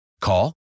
Call